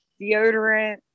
deodorant